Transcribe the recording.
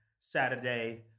Saturday